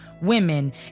Women